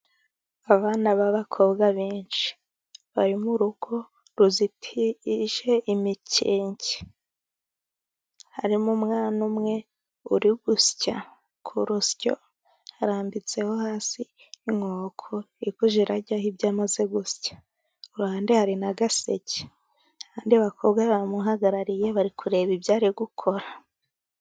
Abana b'abakobwa benshi bari mu rugo ruzitije imikenke. Harimo umwana umwe uri gusya ku rusyo ararambitseho hasi n'inkoko iri kujya ijyaho ibyo amaze gusya. iruhande hari n'agaseke. Abandi bakobwa baramuhagarariye, bari kureba ibyo ari gukora.